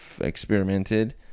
experimented